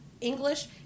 English